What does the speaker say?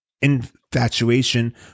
infatuation